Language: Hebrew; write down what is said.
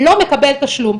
לא מקבל תשלום.